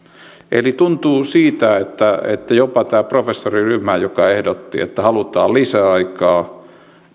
eli tuntuu siltä että jopa tämä professoriryhmä joka ehdotti että halutaan lisäaikaa